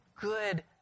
good